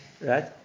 right